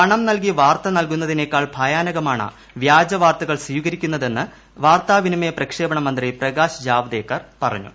പണം നൽകി വാർത്ത നൽകുന്നതിനെക്കാൾ ഭയാനകമാണ് വ്യാജവാർത്തകൾ സ്വീകരിക്കുന്നതെന്ന് വാർത്താവിതരണ പ്രക്ഷേപണമന്ത്രി പ്രകാശ് ജാവ് ദേക്കർ പറഞ്ഞു